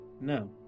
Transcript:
no